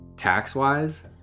Tax-wise